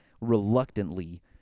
reluctantly